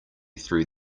through